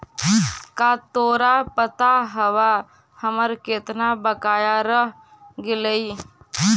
का तोरा पता हवअ हमर केतना बकाया रह गेलइ